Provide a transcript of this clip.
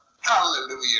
Hallelujah